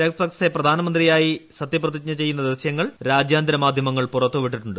രജപക്സെ പ്രധാനമന്ത്രിയായി സത്യപ്രതിജ്ഞ ചെയ്യുന്ന ദൃശ്യങ്ങൾ രാജ്യാന്തര മാധ്യമങ്ങൾ പുറത്തു വിട്ടിട്ടുണ്ട്